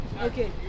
Okay